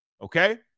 Okay